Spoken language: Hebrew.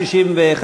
61,